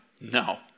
No